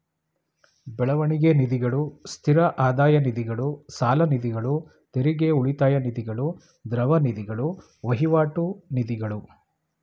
ಬೆಳವಣಿಗೆ ನಿಧಿಗಳು, ಸ್ಥಿರ ಆದಾಯ ನಿಧಿಗಳು, ಸಾಲನಿಧಿಗಳು, ತೆರಿಗೆ ಉಳಿತಾಯ ನಿಧಿಗಳು, ದ್ರವ ನಿಧಿಗಳು, ವಹಿವಾಟು ನಿಧಿಗಳು